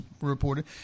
reported